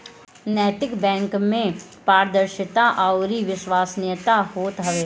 नैतिक बैंक में पारदर्शिता अउरी विश्वसनीयता होत हवे